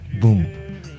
boom